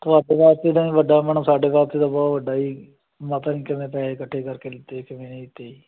ਵੱਡਾ ਮਨ ਸਾਡੇ ਵਾਸਤੇ ਤਾਂ ਬਹੁਤ ਵੱਡਾ ਜੀ ਮਾਤਾ ਜੀ ਨੇ ਕਿਵੇਂ ਪੈਸੇ ਇਕੱਠੇ ਕਰਕੇ ਦਿੱਤੇ ਕਿਵੇਂ ਨਹੀਂ ਦਿੱਤੇ ਜੀ